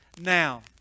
now